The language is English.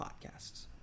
podcasts